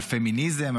על פמיניזם,